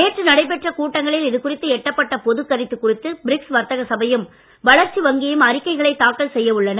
நேற்று நடைபெற்ற கூட்டங்களில் இதுகுறித்து எட்டப்பட்ட பொது கருத்து குறித்து பிரிக்ஸ் வர்த்தக சபையும் வளர்ச்சி வங்கியும் அறிக்கைகளை தாக்கல் செய்ய உள்ளன